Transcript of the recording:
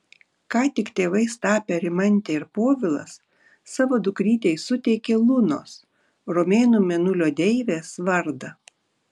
ką tik tėvas tapę rimantė ir povilas savo dukrytei suteikė lunos romėnų mėnulio deivės vardą